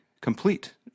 complete